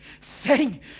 sing